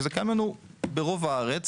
זה קיים ברוב הארץ.